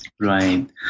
Right